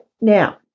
now